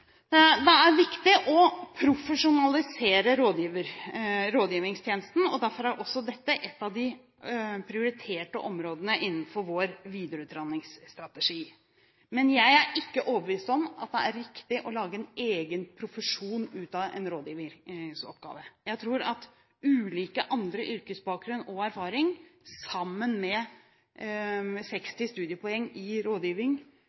Det er viktig å profesjonalisere rådgivningstjenesten. Derfor er også dette et av de prioriterte områdene innenfor vår videreutdanningsstrategi. Men jeg er ikke overbevist om at det er riktig å lage en egen profesjon ut av en rådgiveroppgave. Jeg tror at ulike andre typer yrkesbakgrunn og erfaring sammen med 60 studiepoeng i rådgiving